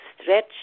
stretch